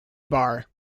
bar